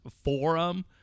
forum